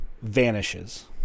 vanishes